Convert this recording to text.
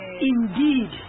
indeed